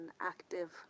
active